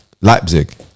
Leipzig